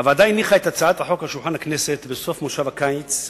הוועדה הניחה את הצעת החוק על שולחן הכנסת בסוף מושב הקיץ הקודם,